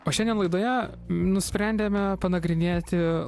o šiandien laidoje nusprendėme panagrinėti